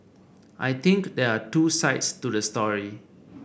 I think there are two sides to the story